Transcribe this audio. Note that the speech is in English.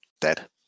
dead